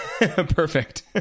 Perfect